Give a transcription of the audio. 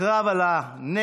הקרב על הנגב,